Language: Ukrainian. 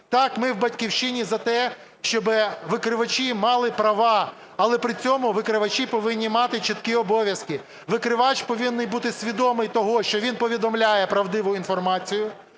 Так, ми в "Батьківщині" за те, щоб викривачі мали права, але при цьому викривачі повинні мати чіткі обов'язки. Викривач повинен бути свідомий того, що він повідомляє правдиву інформацію,